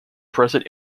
present